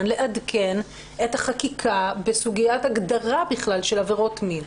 לעדכן את החקיקה בסוגיית הגדרה של עבירות מין.